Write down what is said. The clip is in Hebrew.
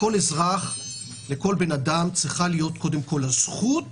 לכל בן אדם צריכה להיות קודם כל הזכות